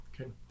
Okay